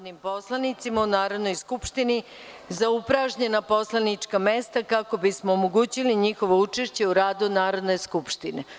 narodnim poslanicima u Narodnoj skupštini za upražnjena poslanička mesta, kako bismo omogućili njihovo učešće u radu Narodne skupštine.